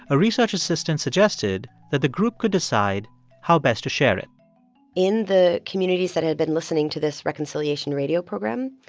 a research assistant suggested that the group could decide how best to share it in the communities that had been listening to this reconciliation radio program,